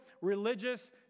religious